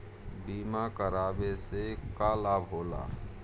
बीमा करावे से का लाभ होला?